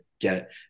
get